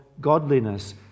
godliness